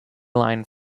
line